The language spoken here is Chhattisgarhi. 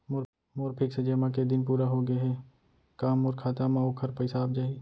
मोर फिक्स जेमा के दिन पूरा होगे हे का मोर खाता म वोखर पइसा आप जाही?